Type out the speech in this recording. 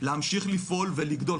להמשיך לפעול ולגדול,